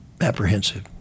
apprehensive